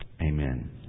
Amen